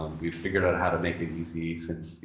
um we've figured out how to make it easy since, you